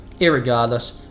irregardless